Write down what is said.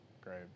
great